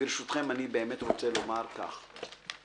ברשותכם אני רוצה לומר כך,